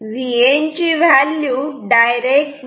Vn ची value direct दिलेली नाही